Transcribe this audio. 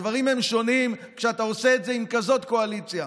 הדברים שונים כשאתה עושה את זה עם כזאת קואליציה.